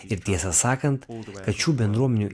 ir tiesą sakant kad šių bendruomenių